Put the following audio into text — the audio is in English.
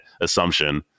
assumption